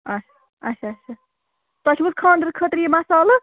اَچھا اَچھا اَچھا تۄہہِ چھُوحظ خانٛدرٕ خٲطرٕ یہِ مصالہٕ